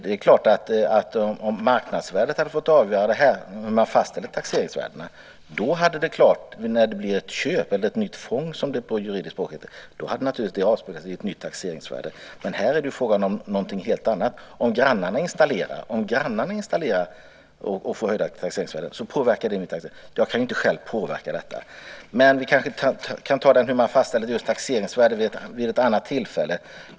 Det är klart att om marknadsvärdet hade fått avgöra när man fastställde taxeringsvärdena, hade det så klart vid ett köp, eller ett nytt fång som det på juridiskt språk heter, avspeglat sig i ett nytt taxeringsvärde. Här är det fråga om någonting helt annat. Om grannarna gör en installation och får höjda taxeringsvärden påverkar det mitt taxeringsvärde, och jag kan inte själv påverka detta. Vi kanske kan ta diskussionen om hur man fastställer just taxeringsvärden vid ett annat tillfälle.